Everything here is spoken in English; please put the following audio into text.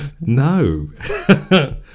No